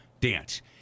dance